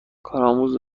کارآموز